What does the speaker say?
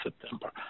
September